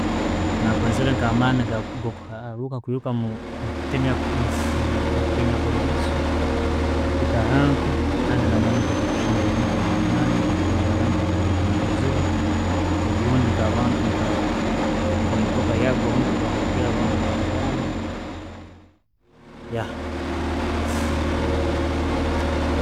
Nakwenzere nka amani ga kwiruka mu- mu kutemya mu kutemya nke liiso kwika hantu kandi nko kuhimba ebintu ebyamani nkokuyamba abantu abakuba nko mubuzibu, obundi abantu nka emotoka yagwa obundi kubanguhira bwangu okabayamba.